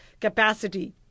capacity